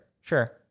Sure